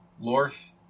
Lorth